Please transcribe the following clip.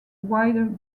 wider